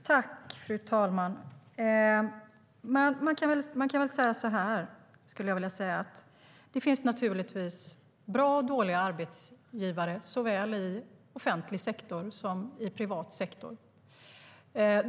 Fru talman! Man kan säga så här: Det finns naturligtvis bra och dåliga arbetsgivare såväl i offentlig som i privat sektor.